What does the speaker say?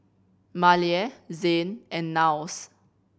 Maleah Zayne and Niles